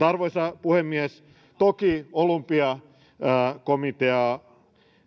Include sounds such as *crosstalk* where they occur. *unintelligible* arvoisa puhemies toki olympiakomitea